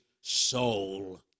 soul